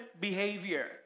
behavior